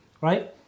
right